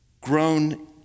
grown